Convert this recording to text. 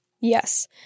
Yes